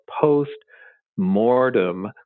post-mortem